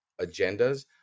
agendas